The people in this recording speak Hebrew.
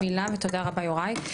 כל מילה, ותודה רבה יוראי.